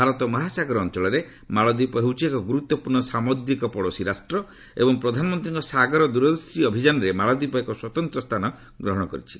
ଭାରତ ମହାସାଗର ଅଞ୍ଚଳରେ ମାଳଦୀପ ହେଉଛି ଏକ ଗୁରୁତ୍ୱପୂର୍ଣ୍ଣ ସାମୁଦ୍ରିକ ପଡ଼ୋଶୀ ରାଷ୍ଟ୍ର ଏବଂ ପ୍ରଧାନମନ୍ତ୍ରୀଙ୍କ ସାଗର ଦୂରଦୃଷ୍ଟି ଅଭିଯାନରେ ମାଳଦୀପ ଏକ ସ୍ୱତନ୍ତ୍ର ସ୍ଥାନ ଗ୍ରହଣ କରିଛି